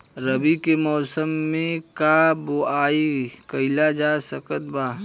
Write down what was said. रवि के मौसम में का बोआई कईल जा सकत बा?